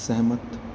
ਅਸਹਿਮਤ